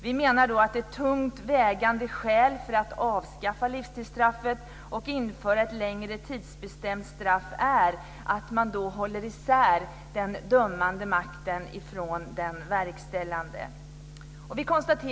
Vi menar att ett tungt vägande skäl för att avskaffa livstidsstraffet och införa ett längre tidsbestämt straff är att man då håller isär den dömande makten från den verkställande.